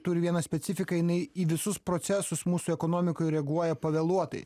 turi vieną specifiką jinai į visus procesus mūsų ekonomikoj reaguoja pavėluotai